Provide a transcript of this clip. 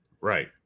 right